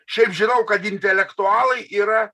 šiaip žinau kad intelektualai yra